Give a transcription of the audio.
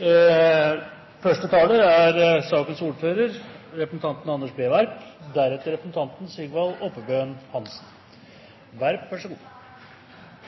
For ordens skyld vil presidenten gjøre oppmerksom på at i en fri debatt er taletiden begrenset til 30 minutter. Som sakens ordfører